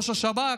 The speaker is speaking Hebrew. ראש השב"כ.